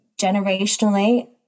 generationally